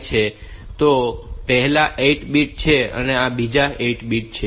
તો આ પહેલો 8 બીટ છે અને આ બીજો 8 બીટ છે